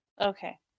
Okay